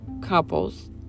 couples